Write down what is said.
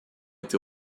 été